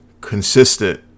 consistent